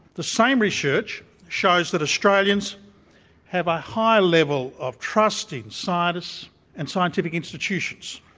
the same research shows that australians have a high level of trust in scientists and scientific institutions,